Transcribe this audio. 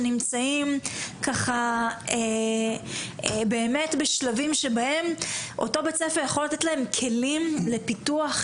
שנמצאים ככה באמת בשלבים שבהם אותו בית ספר יכול לתת להם כלים לפיתוח,